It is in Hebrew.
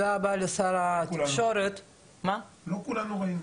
לא כולנו ראינו.